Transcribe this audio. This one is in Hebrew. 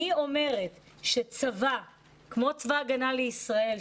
אני אומרת שצבא כמו צבא ההגנה לישראל,